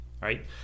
Right